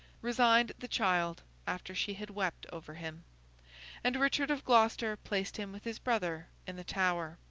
resigned the child after she had wept over him and richard of gloucester placed him with his brother in the tower.